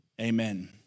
Amen